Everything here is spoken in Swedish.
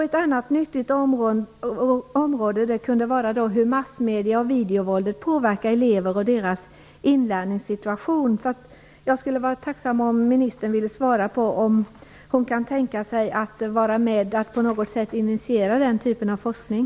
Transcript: Ett annat nyttigt område kunde vara hur massmedierna och videovåldet påverkar elever och deras inlärningssituation. Kan ministern tänka sig att på något sätt vara med och initiera den typen av forskning?